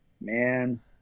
man